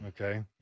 okay